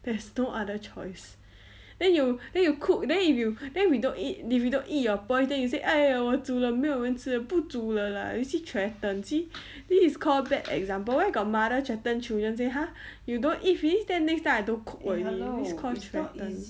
there's no other choice then you then you cook then if you then we don't eat if we don't eat your porridge then you say !aiyo! 我煮了没有人吃不煮了 lah you see threaten see this is called bad example where got mother threaten children say !huh! you don't eat finish then next time I don't cook already this call threaten